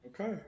Okay